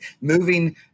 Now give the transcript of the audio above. moving